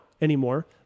anymore